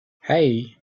hey